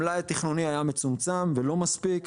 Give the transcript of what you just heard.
המלאי התכנוני היה מצומצם ולא מספיק.